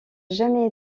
jamais